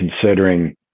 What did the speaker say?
considering